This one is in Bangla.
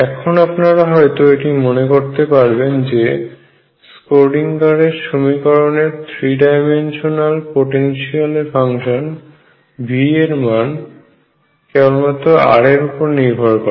এখন আপনারা হয়তো এটি মনে করতে পারবেন যে স্ক্রোডিঙ্গারের সমীকরণের থ্রি ডাইমেনশনাল পোটেনশিয়াল ফাংশনের V এর মান কেবলমাত্র r এর উপর নির্ভর করে